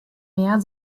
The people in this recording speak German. mehr